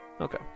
Okay